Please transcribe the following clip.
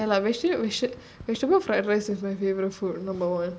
okay lah we should we should we should go for fried rice is my favourite food number one